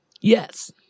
Yes